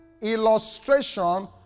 illustration